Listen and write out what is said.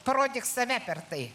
parodyk save per tai